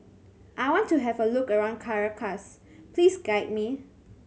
I want to have a look around Caracas please guide me